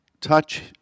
touch